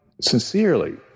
sincerely